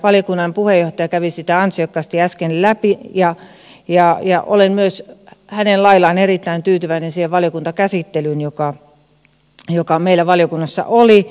valiokunnan puheenjohtaja kävi sitä ansiokkaasti äsken läpi ja olen myös hänen laillaan erittäin tyytyväinen siihen valiokuntakäsittelyyn joka meillä valiokunnassa oli